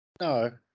no